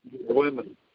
women